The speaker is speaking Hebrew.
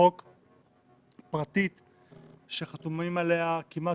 החינוך הפרטי פתח אתמול את שעריו,